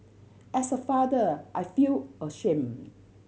as a father I feel ashamed